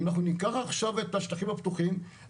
אם אנחנו ניקח עכשיו את השטחים הפתוחים,